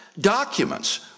Documents